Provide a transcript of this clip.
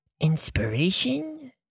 inspiration